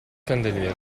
candeliere